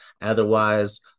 otherwise